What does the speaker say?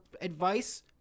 advice